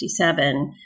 1957